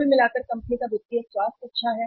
कुल मिलाकर कंपनी का वित्तीय स्वास्थ्य अच्छा है